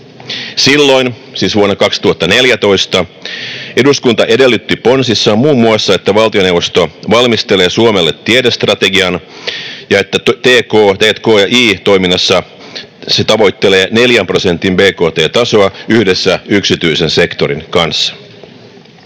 Silloin vuonna 2014 eduskunta edellytti ponsissaan muun muassa, että valtioneuvosto valmistelee Suomelle tiedestrategian ja että t&k&i-toiminnassa se tavoittelee 4 prosentin bkt-tasoa yhdessä yksityisen sektorin kanssa.